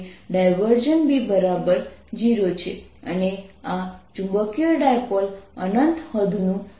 B0 છે અને આ ચુંબકીય ડાયપોલ અનંત હદનું છે